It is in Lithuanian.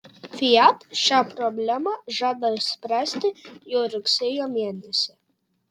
fiat šią problemą žada išspręsti jau rugsėjo mėnesį